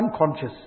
unconscious